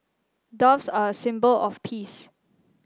doves are a symbol of peace